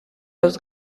los